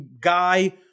guy